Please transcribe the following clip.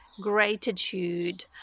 gratitude